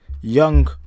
young